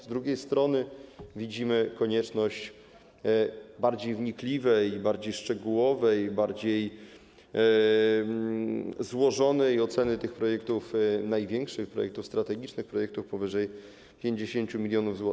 Z drugiej strony widzimy konieczność bardziej wnikliwej, bardziej szczegółowej, bardziej złożonej oceny największych projektów strategicznych, projektów powyżej 50 mln zł.